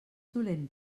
dolent